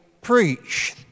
preach